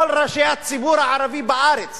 כל ראשי הציבור הערבי בארץ